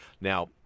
now